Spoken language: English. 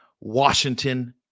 Washington